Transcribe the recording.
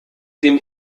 dem